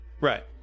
Right